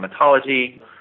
dermatology